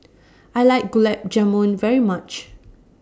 I like Gulab Jamun very much